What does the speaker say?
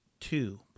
Two